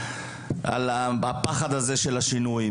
על הפחד מהשינוי.